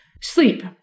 Sleep